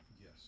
Yes